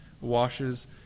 washes